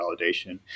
validation